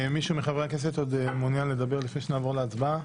מישהו מחברי הכנסת עוד מעוניין לדבר לפני שנעבור להצבעה?